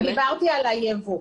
דיברתי על היבוא.